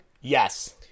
Yes